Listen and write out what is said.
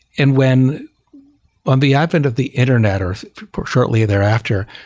and when on the advent of the internet or shortly thereafter,